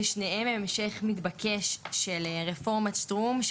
ושניהם המשך מתבקש של רפורמת שטרום,